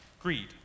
greed